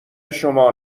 شما